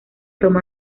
toma